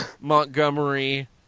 montgomery